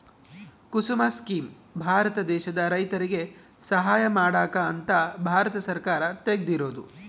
ಕುಸುಮ scheme Bharat ದೇಶದ ರೈತರಿಗೆ ಸಹಾಯ ಮಾಡಕ ಅಂತ ಭಾರತ ಸರ್ಕಾರ ತೆಗ್ದಿರೊದು